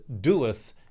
doeth